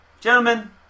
Gentlemen